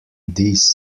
these